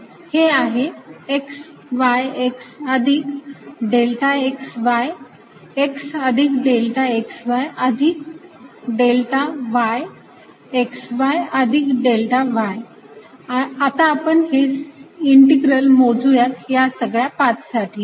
हे आहे x y x अधिक डेल्टा xy x अधिक डेल्टा xy अधिक डेल्टा y xy अधिक डेल्टा y आता आपण हे इंटीग्रल मोजूयात ह्या सगळ्या पाथ साठी